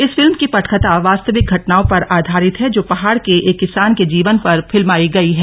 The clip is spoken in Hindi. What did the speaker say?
इस फिल्म की पटकथा वास्तविक घटनाओं पर आधारित है जो पहाड़ के एक किसान के जीवन पर फिल्माई गई है